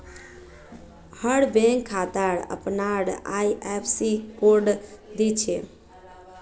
हर bank खातात अपनार IFSC code दि छे